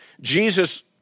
Jesus